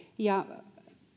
ja